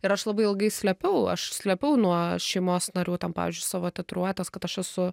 ir aš labai ilgai slėpiau aš slėpiau nuo šeimos narių ten pavyzdžiui savo tatuiruotes kad aš esu